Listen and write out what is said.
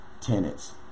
tenants